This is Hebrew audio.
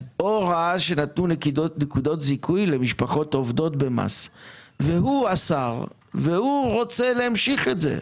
או ראה שנתנו נקודות זיכוי במס למשפחות עובדות והוא רוצה להמשיך את זה,